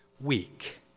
week